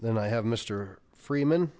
then i have mister freeman